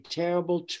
terrible